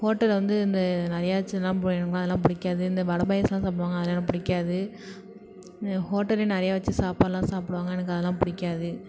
ஹோட்டலில் வந்து இந்த நிறையா சென்னா பூரி இருக்கும் அதெல்லாம் பிடிக்காது இந்த வடை பாயசம்லாம் சாப்பிடுவாங்க அதெல்லாம் எனக்கு பிடிக்காது ஹோட்டலில் நிறையா வைச்சி சாப்பாடுலாம் சாப்பிடுவாங்க எனக்கு அதெல்லாம் பிடிக்காது